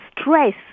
stress